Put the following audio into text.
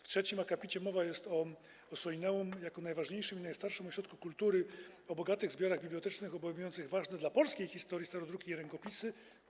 W trzecim akapicie mowa jest o Ossolineum jako o najważniejszym i najstarszym ośrodku kultury o bogatych zbiorach bibliotecznych, obejmujących ważne dla polskiej historii starodruki i rękopisy.